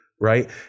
right